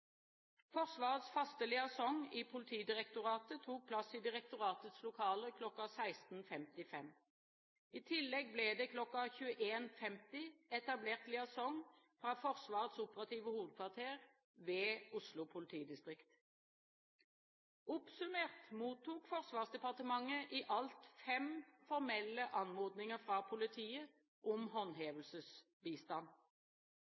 Forsvarets faste liaison i Politidirektoratet tok plass i direktoratets lokaler kl. 16.55. I tillegg ble det kl. 21.50 etablert liaison fra Forsvarets operative hovedkvarter ved Oslo politidistrikt. Oppsummert mottok Forsvarsdepartementet i alt fem formelle anmodninger fra politiet om